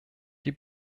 die